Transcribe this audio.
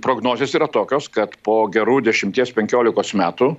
prognozės yra tokios kad po gerų dešimties penkiolikos metų